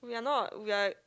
we're not we're